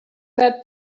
that